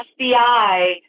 FBI